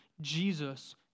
Jesus